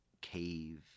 Cave